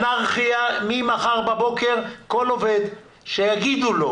ממחר בבוקר כל עובד שיגידו לו,